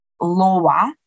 lower